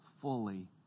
fully